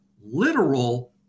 literal